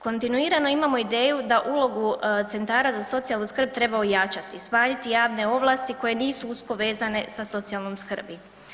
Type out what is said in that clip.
Kontinuirano imamo ideju da ulogu centara za socijalnu skrb treba ojačati, smanjiti javne ovlasti koje nisu usko vezane sa socijalnom skrbi.